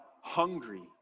hungry